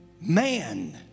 man